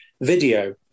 video